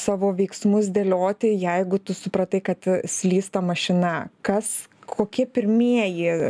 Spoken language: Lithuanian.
savo veiksmus dėlioti jeigu tu supratai kad slysta mašina kas kokie pirmieji